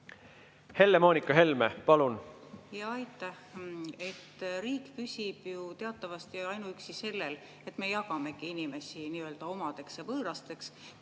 Helle-Moonika Helme, palun!